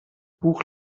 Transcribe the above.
buch